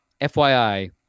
FYI